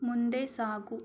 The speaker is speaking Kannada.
ಮುಂದೆ ಸಾಗು